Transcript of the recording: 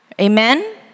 Amen